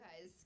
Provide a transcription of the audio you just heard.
Guys